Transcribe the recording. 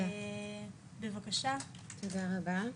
תודה רבה.